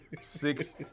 six